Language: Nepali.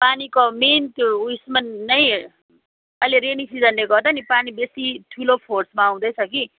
पानीको अब मेन त्यो उसमा नै अहिले रेनी सिजनले गर्दा नि पानी बेसी ठुलो फोर्समा आउँदैछ कि